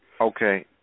Okay